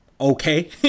okay